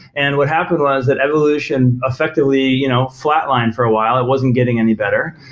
and what happened was that evolution effectively you know flat-lined for a while. it wasn't getting any better.